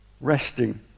resting